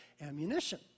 ammunition